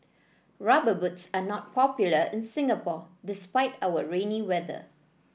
rubber boots are not popular in Singapore despite our rainy weather